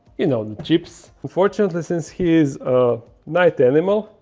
you know the chips unfortunately, since he is a night animal,